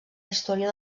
història